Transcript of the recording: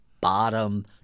bottom